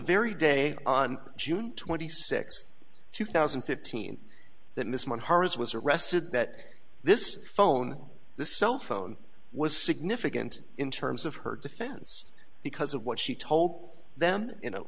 very day on june twenty sixth two thousand and fifteen that miss mourn her as was arrested that this phone this cell phone was significant in terms of her defense because of what she told them in a